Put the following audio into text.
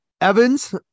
Evans